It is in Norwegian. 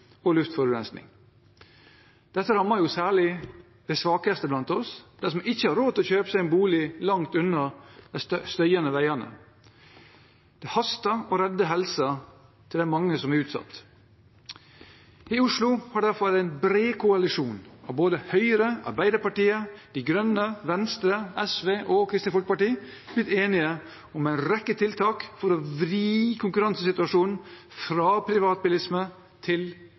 luftforurensning. Dette rammer særlig de svakeste blant oss – dem som ikke har råd til å kjøpe seg en bolig langt unna de støyende veiene. Det haster å redde helsa til de mange som er utsatt. I Oslo har derfor en bred koalisjon av både Høyre, Arbeiderpartiet, Miljøpartiet De Grønne, Venstre, SV og Kristelig Folkeparti blitt enige om en rekke tiltak for å vri konkurransen fra privatbilisme til